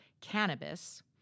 cannabis